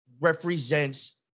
represents